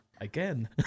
Again